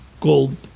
gold